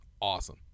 awesome